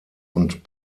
und